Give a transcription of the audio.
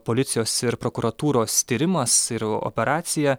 policijos ir prokuratūros tyrimas ir operacija